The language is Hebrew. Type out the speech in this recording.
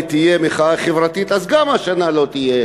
תהיה מחאה חברתית: גם השנה לא תהיה